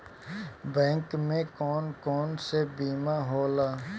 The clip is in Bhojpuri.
बैंक में कौन कौन से बीमा होला?